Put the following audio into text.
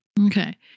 Okay